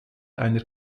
einer